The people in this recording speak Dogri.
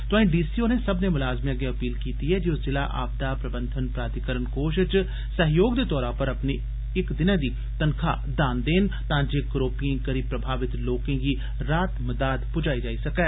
तोआई डी सी होरें सब्मनें मलाजमे अग्गे अपील बी कीती ऐ जे ओह् ज़िला आपदा प्रबंधन प्राधिकरण कोष च सहयोग दे तौरा पर अपनी इक दिनै दी तनखाह दान देन तां जे करोपिएं करी प्रभावत लोकें गी राह्त मदाद दित्ती जाई सकै